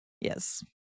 yes